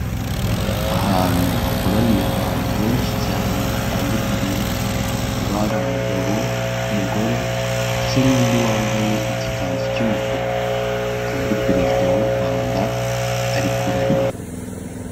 Ahantu hakoraniye abantu benshi cyane batandukanye, hakaba hari umugabo, umugore ndetse n'undi wambaye igikanzu cy'umutuku, akaba ari perezida w'u Rwanda, ari kurahira.